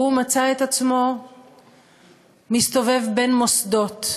והוא מצא את עצמו מסתובב בין מוסדות.